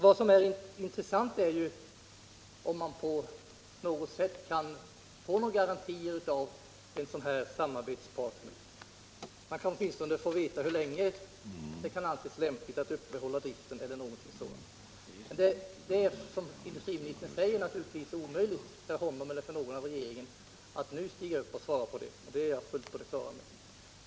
Vad som är intressant är ju om man på något sätt kan få garantier av en sådan här samarbetspartner. Man kan åtminstone få veta hur länge det kan anses lämpligt att uppehålla driften. Det är, som industriministern säger, naturligtvis omöjligt för honom eller för någon annan i regeringen att nu stiga upp och svara på detta; det är jag fullt på det klara med.